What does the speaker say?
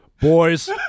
Boys